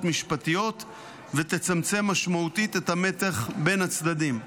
משפטיות ותצמצם משמעותית את המתח בין הצדדים.